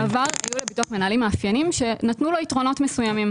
בעבר היו לביטוח מנהלים מאפיינים שנתנו לו יתרונות מסוימים.